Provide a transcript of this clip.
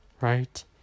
right